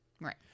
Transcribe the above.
Right